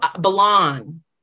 belong